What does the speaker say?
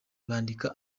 bakandika